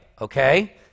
okay